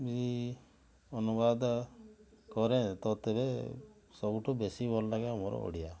ବି ଅନୁବାଦ କରେ ଥରେ ଥରେ ସବୁଠୁ ବେଶୀ ଭଲ ଲାଗେ ଆମର ଓଡ଼ିଆ